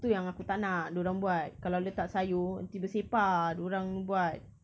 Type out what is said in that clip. tu yang aku tak nak dia orang buat kalau letak sayur nanti bersepah dia orang buat